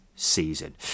season